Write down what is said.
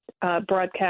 broadcast